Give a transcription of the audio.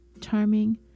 charming